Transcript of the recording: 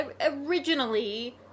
originally